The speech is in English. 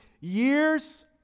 years